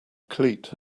cleat